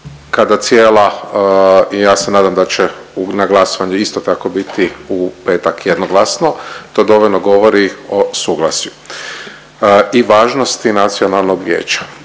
kada cijela i ja se nadam da će na glasovanju isto tako biti u petak jednoglasno, to dovoljno govori o suglasju i važnosti Nacionalnog vijeća.